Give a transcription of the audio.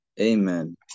amen